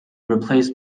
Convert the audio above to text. replaced